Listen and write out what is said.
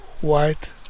white